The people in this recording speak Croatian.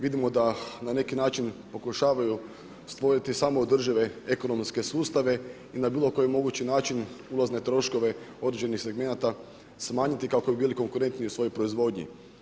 Vidimo da na neki način pokušavaju stvoriti samo održive ekonomske sustave i na bilo koji mogući način ulazne troškove određenih segmenata, smanjiti kako bi bili konkurentni u svojoj proizvodnji.